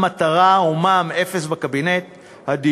במקביל, הקמנו